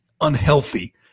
unhealthy